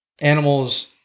animals